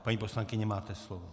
Paní poslankyně, máte slovo.